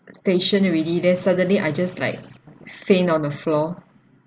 station already then suddenly I just like faint on the floor